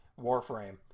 Warframe